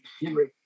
Henry